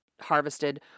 harvested